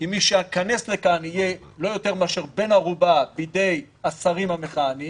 כי מי שייכנס לכאן יהיה לא יותר מאשר בן ערובה בידי השרים המכהנים,